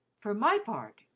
for my part,